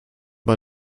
bei